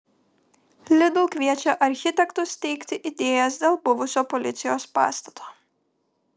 lidl kviečia architektus teikti idėjas dėl buvusio policijos pastato